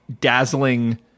dazzling